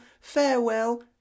farewell